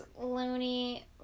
loony